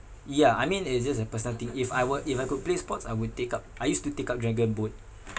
ya I mean it's just a personal thing if I were if I could play sports I would take up I used to take up dragon boat